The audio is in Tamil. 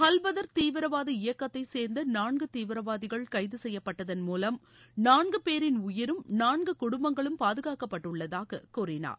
அல்பதர் தீவிரவாத இயக்கத்தைச்சேர்ந்த நான்கு தீவிரவாதிகள் கைது செய்யப்பட்டதன் மூலம் நான்கு பேரின் உயிரும் நான்கு குடும்பங்களும் பாதுகாக்கப்பட்டுள்ளதாக கூறினார்